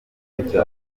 gito